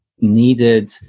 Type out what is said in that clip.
needed